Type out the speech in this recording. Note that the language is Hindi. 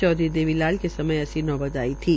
चौधरी देवी लाल के समय ऐसी नौबत आई थी